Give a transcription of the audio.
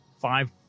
five